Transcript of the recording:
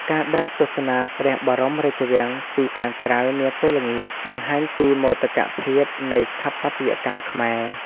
ការដើរទស្សនាព្រះបរមរាជវាំងពីខាងក្រៅនាពេលល្ងាច បង្ហាញពីមោទកភាពនៃស្ថាបត្យកម្មខ្មែរ។